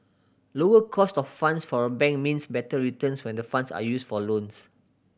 lower cost of funds for a bank means better returns when the funds are used for loans